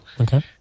Okay